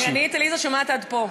אני את עליזה שומעת עד פה.